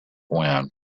when